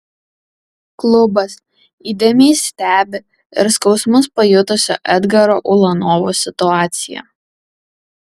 klubas įdėmiai stebi ir skausmus pajutusio edgaro ulanovo situaciją